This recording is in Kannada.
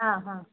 ಹಾಂ ಹಾಂ